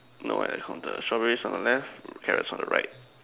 no eh it's counted strawberries on the left carrots on the right